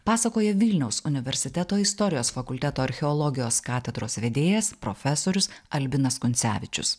pasakoja vilniaus universiteto istorijos fakulteto archeologijos katedros vedėjas profesorius albinas kuncevičius